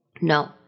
No